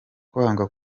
kwanga